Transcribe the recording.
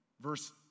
verse